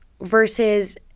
versus